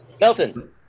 Melton